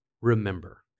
remember